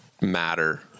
matter